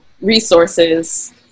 resources